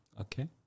Okay